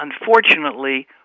unfortunately